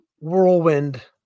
whirlwind